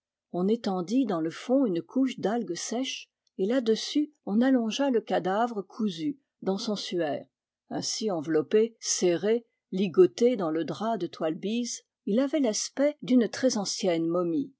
on étendit dans le fond une couche d'algues sèches et là-dessus on allongea le cadavre cousu dans son suaire ainsi enveloppé serré ligotté dans le drap de toile bise il avait l'aspect d'une très ancienne momie